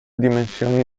dimensioni